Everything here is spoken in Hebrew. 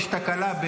יש תקלה.